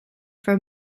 for